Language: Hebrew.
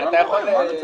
תן לו לדבר,